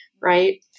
Right